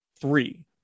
three